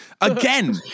again